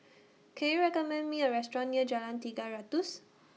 Can YOU recommend Me A Restaurant near Jalan Tiga Ratus